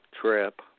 trip